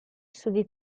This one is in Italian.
studi